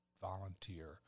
volunteer